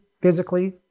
physically